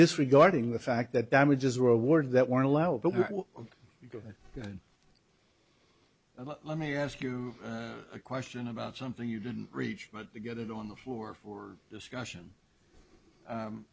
disregarding the fact that damages were awarded that weren't allowed but we go let me ask you a question about something you didn't reach but to get it on the floor for discussion